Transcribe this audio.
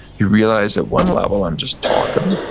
you realize, at one level i'm just talking.